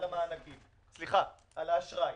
האשראי;